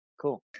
Cool